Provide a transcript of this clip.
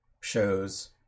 shows